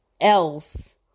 else